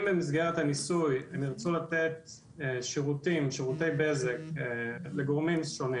אם במסגרת הניסוי הם ירצו לתת שירותי בזק לגורמים שונים